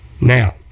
Now